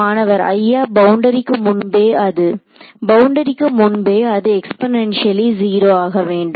மாணவர் ஐயா பவுண்டரிக்கு முன்பே அது பவுண்டரிக்கு முன்பே அது எக்ஸ்பொன்னன்ஷியலி 0 ஆக வேண்டும்